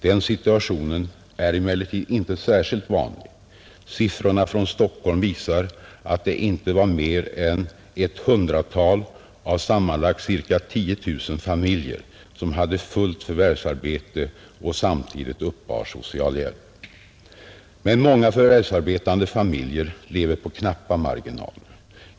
Den situationen är emellertid inte särskilt vanlig. Siffror från Stockholm visar att det inte var mer än ett hundratal av sammanlagt ca 10 000 familjer som hade fullt förvärvsarbete och samtidigt uppbar socialhjälp. Men många förvärsarbetande familjer lever på knappa marginaler.